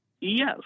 Yes